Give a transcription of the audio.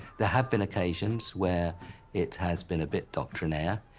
there have been occasions where it has been a bit doctrinaire,